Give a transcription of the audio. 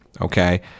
okay